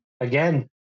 Again